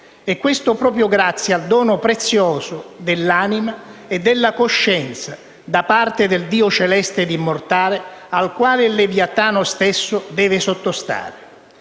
e questo proprio grazie al dono prezioso dell'anima e della coscienza, da parte del Dio celeste ed immortale, al quale il Leviatano stesso deve sottostare.